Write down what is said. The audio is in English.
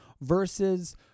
versus